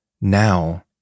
Now